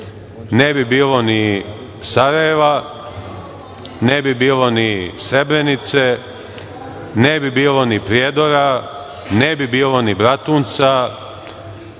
ne bi bilo ni Sarajeva, ne bi bilo ni Srebrenice, ne bi bilo ni Prijedora, ne bi bilo ni Bratunca,